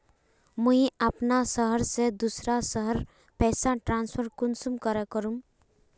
मुई अपना शहर से दूसरा शहर पैसा ट्रांसफर कुंसम करे करूम?